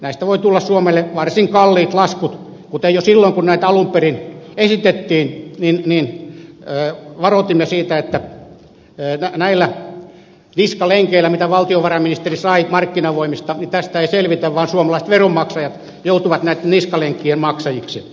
näistä voi tulla suomelle varsin kalliit laskut kuten jo silloin kun näitä alun perin esitettiin varoitimme että näillä niskalenkeillä mitkä valtiovarainministeri sai markkinavoimista ei tästä selvitä vaan suomalaiset veronmaksajat joutuvat näitten niskalenkkien maksajiksi